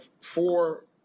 four